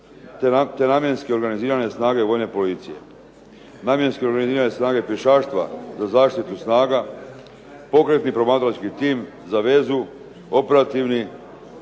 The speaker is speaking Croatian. te namjenski organizirane snage vojne policije, namjenske organizirane snage pješaštva za zaštitu snaga, pokretni promatrački tim za vezu, operativni